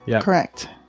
Correct